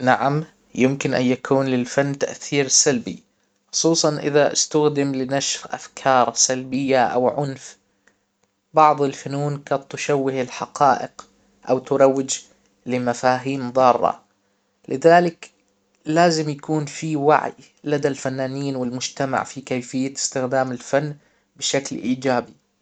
نعم يمكن ان يكون للفن تأثير سلبي خصوصا اذا استخدم لنسخ افكار سلبية او عنف بعض الفنون قد تشوه الحقائق او تروج لمفاهيم ضارة لذلك لازم يكون فيه وعي لدى الفنانين والمجتمع في كيفية استخدام الفن بشكل ايجابي